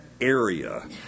area